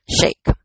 shake